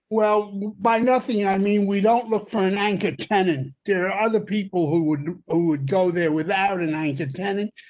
well, by nothing. i mean, we don't look for an anchor tenant. there are other people who would who would go there without and a tenant,